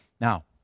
Now